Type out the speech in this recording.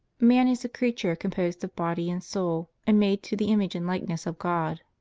man is a creature composed of body and soul, and made to the image and likeness of god.